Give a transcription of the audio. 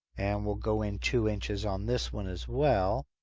and we'll go in two inches on this one as well.